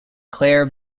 clare